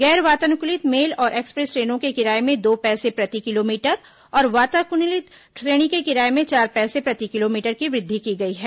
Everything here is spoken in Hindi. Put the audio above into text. गैर वातानुकलित मेल और एक्सप्रेस ट्रेनों के किराये में दो पैसे प्रति किलोमीटर और वातानुकूलित श्रेणी के किराये में चार पैसे प्रति किलोमीटर की वृद्धि की गई है